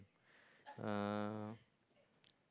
uh